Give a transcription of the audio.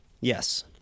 Yes